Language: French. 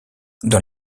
dans